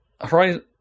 Horizon